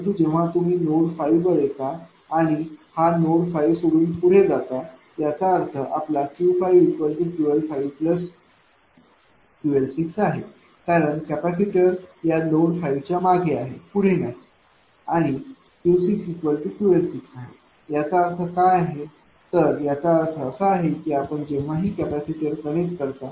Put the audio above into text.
परंतु जेव्हा तुम्ही नोड 5 वर येता आणि हा नोड 5 सोडून पुढे जाता याचाच अर्थ आपला Q5QL5QL6 आहे कारण कॅपेसिटर या नोड 5 च्या मागे आहे पुढे नाही आणि Q6QL6 आहे याचा अर्थ काय आहे याचा अर्थ असा की आपण जेव्हाही कॅपेसिटरला कनेक्ट करता